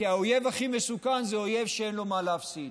כי האויב הכי מסוכן זה אויב שאין לו מה להפסיד.